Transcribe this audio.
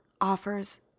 offers